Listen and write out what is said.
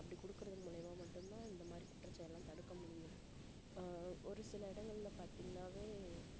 அப்படி கொடுக்குறது மூலியமாக மட்டும்தான் இந்த மாதிரி குற்றச்செயல்லாம் தடுக்க முடியும் ஒரு சில இடங்களில் பாத்திங்கனாலே